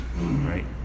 right